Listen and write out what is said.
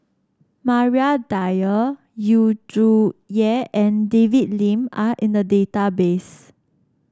Maria Dyer Yu Zhuye and David Lim are in the database